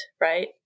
right